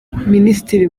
minisitiri